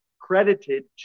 credited